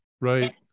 Right